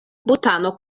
butano